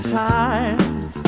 times